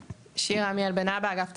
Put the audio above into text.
שירה עמיאל, אגף תקציבים.